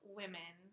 women